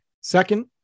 Second